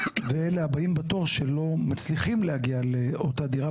ואלה הבאים בתור שלא מצליחים להגיע לאותה דירה,